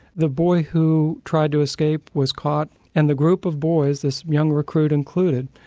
the boy who tried to escape was caught and the group of boys, this young recruit included,